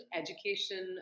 education